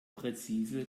präzise